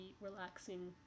relaxing